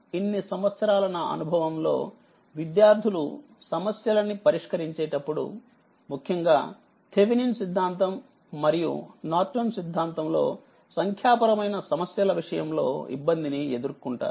ఇన్ని సంవత్సరాల నాఅనుభవం లో విద్యార్థులు సమస్యలని పరిష్కరించేటప్పుడు ముఖ్యంగా థేవినిన్ సిద్దాంతం మరియు నార్టన్ సిద్దాంతం లో సంఖ్యాపరమైన సమస్యల విషయంలో ఇబ్బందిని ఎదుర్కొంటారు